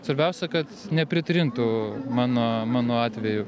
svarbiausia kad nepritrintų mano mano atveju